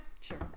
Sure